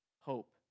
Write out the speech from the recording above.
Hope